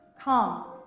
Come